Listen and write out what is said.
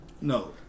no